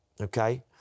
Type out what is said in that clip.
Okay